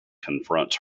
confronts